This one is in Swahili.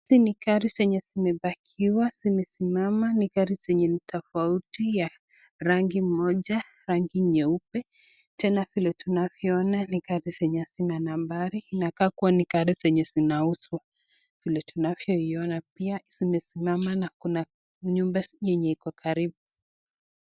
Hizi ni gari zenye zimepakiwa zimesimama ni gari zenye ni tofauti ya rangi moja, rangi nyeupe, tena vile tunavyoona ni gari zenye hazina nambari, zinakaa kua ni gari zenye zina uzwa. Vile tunavyoiona pia zimesimama na kuna nyumba yenye iko karibu.